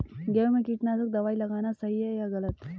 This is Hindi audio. गेहूँ में कीटनाशक दबाई लगाना सही है या गलत?